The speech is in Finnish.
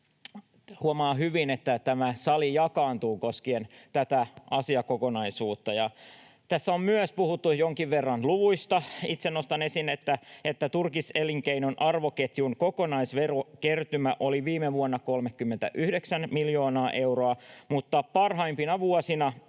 Huomaa hyvin, että tämä sali jakaantuu koskien tätä asiakokonaisuutta. Tässä on myös puhuttu jonkin verran luvuista. Itse nostan esiin, että turkiselinkeinon arvoketjun kokonaisverokertymä oli viime vuonna 39 miljoonaa euroa, mutta parhaimpina vuosina